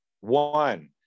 one